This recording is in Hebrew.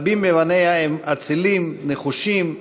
רבים מבניה הם אצילים, נחושים,